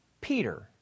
peter